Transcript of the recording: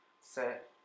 set